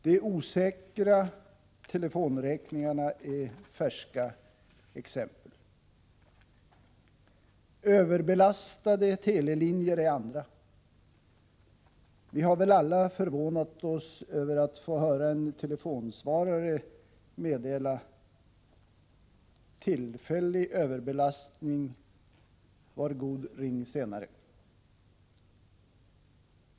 De osäkra telefonräkningarna är ett färskt exempel. Överbelastade telelinjer är ett annat. Vi har väl alla förvånat oss över att få höra en telefonsvarare meddela ”tillfällig överbelastning, var god ring senare”.